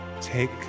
take